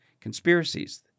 conspiracies